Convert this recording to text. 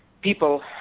people